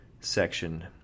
section